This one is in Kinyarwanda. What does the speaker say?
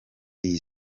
iyi